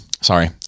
sorry